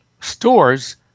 stores